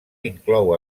inclou